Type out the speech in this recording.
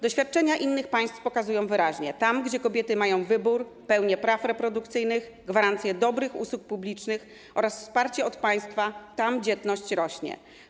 Doświadczenia innych państw pokazują wyraźnie, że tam, gdzie kobiety mają wybór, pełnię praw reprodukcyjnych, gwarancję dobrych usług publicznych oraz wsparcie od państwa, dzietność rośnie.